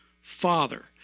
father